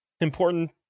Important